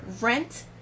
Rent